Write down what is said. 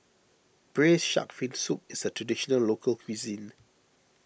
Braised Shark Fin Soup is a Traditional Local Cuisine